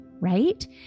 right